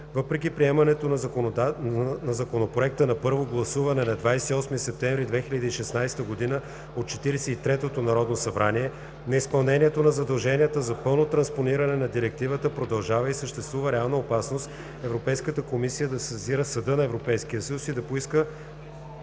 Въпреки приемането на Законопроекта на първо гласуване на 28 септември 2016 г. от 43-тото Народно събрание неизпълнението на задълженията за пълно транспониране на Директивата продължава и съществува реална опасност Европейската комисия да сезира Съда на ЕС и да поиска